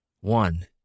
one